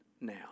now